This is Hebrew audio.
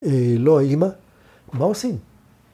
‫לא האמא, מה עושים?